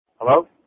Hello